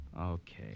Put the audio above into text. Okay